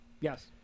Yes